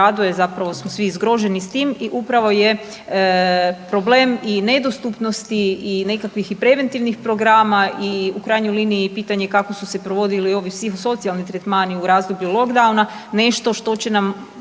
raduje, zapravo smo svi zgroženi s tim i upravo je problem i nedostupnosti i nekakvih i preventivnih programa i u krajnjoj liniji i pitanje kako su se provodili ovi psihosocijalni tretmani u razdoblju lockdowna, nešto što će nam